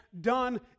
done